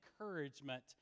encouragement